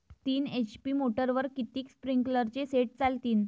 तीन एच.पी मोटरवर किती स्प्रिंकलरचे सेट चालतीन?